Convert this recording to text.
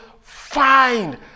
find